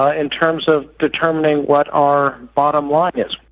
ah in terms of determining what our bottom line is.